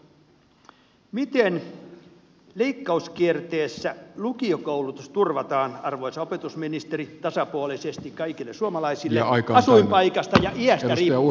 miten leikkauskierteessä lukiokoulutus turvataan arvoisa opetusministeri tasapuolisesti kaikille suomalaisille asuinpaikasta ja iästä riippumatta